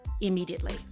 immediately